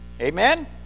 amen